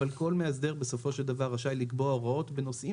אבל כל מאסדר בסופו של דבר רשאי לקבוע הוראות בנושאים